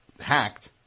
hacked